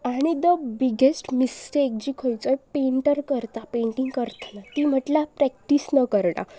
आनी the biggest mistake जी खंयचोय पेंटर करता पेंटींग करतना ती म्हटल्यार प्रॅक्टीस न करना